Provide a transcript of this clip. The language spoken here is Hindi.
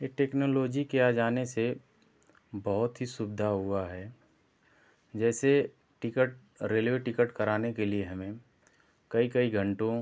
ये टेक्नोलोजी के आ जाने से बहुत ही सुविधा हुआ है जैसे टिकट रेलवे टिकट कराने के लिए हमें कई कई घंटों